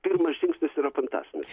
pirmas žingsnis yra fantastinis